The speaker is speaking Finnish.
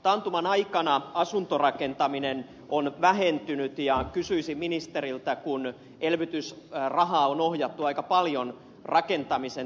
taantuman aikana asuntorakentaminen on vähentynyt ja kysyisin ministeriltä kun elvytysrahaa on ohjattu aika paljon rakentamisen tukemiseen